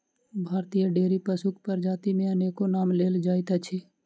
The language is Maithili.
भारतीय डेयरी पशुक प्रजाति मे अनेको नाम लेल जाइत अछि